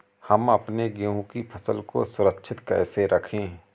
हम अपने गेहूँ की फसल को सुरक्षित कैसे रखें?